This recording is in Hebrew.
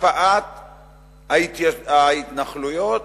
הקפאת ההתנחלויות